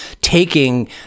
taking